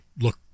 look